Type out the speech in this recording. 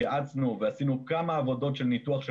התייעצנו ועשינו כמה עבודות של ניתוח של